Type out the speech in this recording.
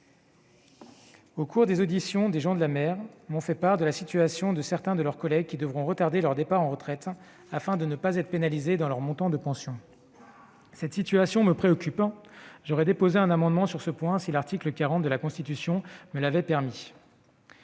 Au cours des auditions, des gens de mer m'ont fait part de la situation de certains de leurs collègues qui devront retarder leur départ à la retraite afin que le montant de leur pension ne soit pas affecté. Cette situation me préoccupe et j'aurais déposé un amendement sur ce point si l'article 40 de la Constitution me l'avait permis.